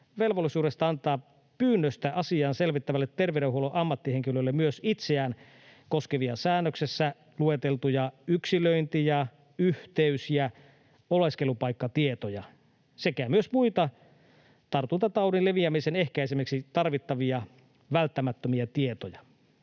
velvollisuudesta antaa pyynnöstä asiaa selvittävälle terveydenhuollon ammattihenkilölle myös itseään koskevia, säännöksessä lueteltuja yksilöinti-, yhteys- ja oleskelupaikkatietoja sekä myös muita tartuntataudin leviämisen ehkäisemiseksi tarvittavia välttämättömiä tietoja.